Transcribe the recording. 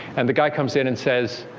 and the guy comes in and says,